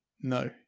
No